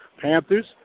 Panthers